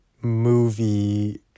movie